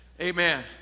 Amen